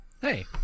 Hey